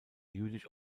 jüdisch